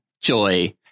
Joy